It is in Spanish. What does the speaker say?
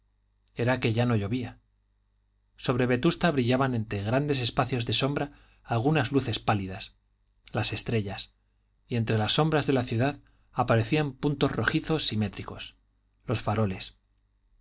era que ya no llovía sobre vetusta brillaban entre grandes espacios de sombra algunas luces pálidas las estrellas y entre las sombras de la ciudad aparecían puntos rojizos simétricos los faroles